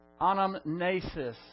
anamnesis